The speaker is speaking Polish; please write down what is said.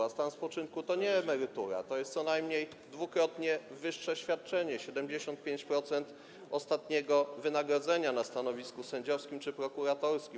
A stan spoczynku to nie jest emerytura, to jest co najmniej dwukrotnie wyższe świadczenie, 75% ostatniego wynagrodzenia na stanowisku sędziowskim czy prokuratorskim.